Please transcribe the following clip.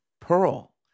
pearl